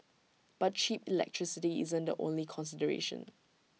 but cheap electricity isn't the only consideration